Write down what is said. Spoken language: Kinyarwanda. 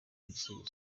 igisubizo